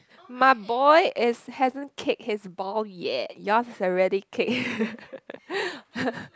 my boy is hasn't kicked his ball yet yours has already kick